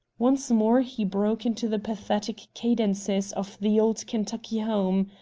once more he broke into the pathetic cadences of the old kentucky home.